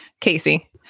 Casey